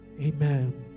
Amen